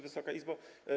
Wysoka Izbo!